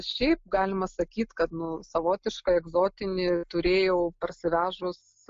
šiaip galima sakyt kad nu savotišką egzotinį turėjau parsivežus